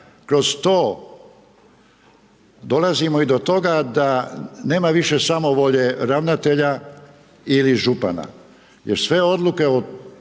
kroz to dolazimo i do toga da nema više samovolje ravnatelja ili župana jer sve odluke o